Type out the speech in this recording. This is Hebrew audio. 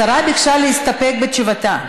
השרה ביקשה להסתפק בתשובתה.